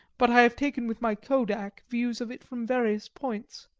but i have taken with my kodak views of it from various points.